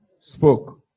Spoke